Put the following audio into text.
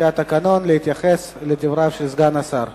לפי התקנון להתייחס לדבריו של סגן השר.